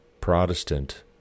Protestant